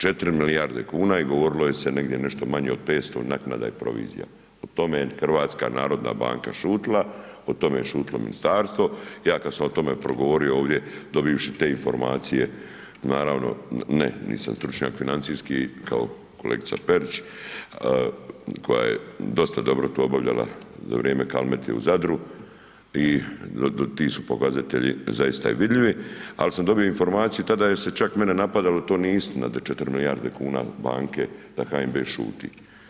4 milijarde kuna i govorilo je se negdje nešto manje od 500, naknada i provizija, o tome je HNB šutila, o tome je šutilo ministarstvo, ja kad sam o tome progovorio ovdje dobivši te informacije, naravno, ne nisam stručnjak financijski kao kolegica Perić, koja je dosta dobro to obavljala za vrijeme Kalmete u Zadru i ti su pokazatelji zaista i vidljivi, al sam dobio informaciju, tada je se čak mene napadalo, to nije istina da je 4 milijarde kuna u banke, da HNB šuti.